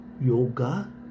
yoga